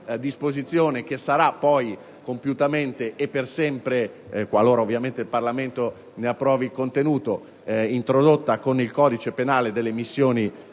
disposizione che sarà poi compiutamente e stabilmente introdotta, qualora ovviamente il Parlamento ne approvi il contenuto, con il codice penale delle missioni